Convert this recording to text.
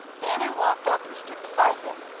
bannon walked up and stood beside him.